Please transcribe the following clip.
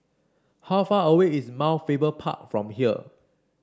how far away is Mount Faber Park from here